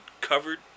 covered